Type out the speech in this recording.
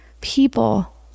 people